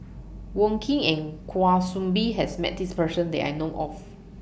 Wong Keen and Kwa Soon Bee has Met This Person that I know of